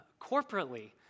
Corporately